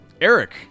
Eric